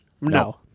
No